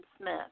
Smith